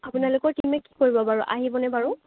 আপোনালোকৰ টিমে কি কৰিব বাৰু আহিবনে বাৰু